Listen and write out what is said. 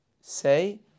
Say